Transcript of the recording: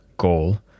goal